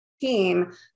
team